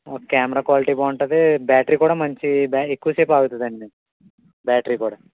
camera quality బాగుంటుంది battery కూడా మంచి ఎక్కువసేపు ఆగుతాదండి బ్యాటరీ కూడా